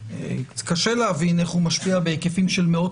קשה להבין איך הוא משפיע בהיקפים של מאות